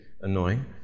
annoying